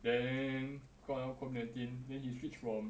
then got 那个 COVID nineteen then he switched from